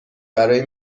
برای